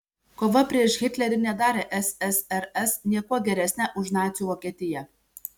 kova prieš hitlerį nedarė ssrs niekuo geresne už nacių vokietiją